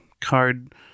card